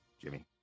Jimmy